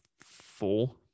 four